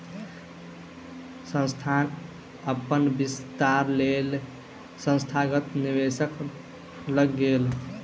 संस्थान अपन विस्तारक लेल संस्थागत निवेशक लग गेल